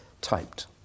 typed